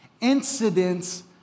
incidents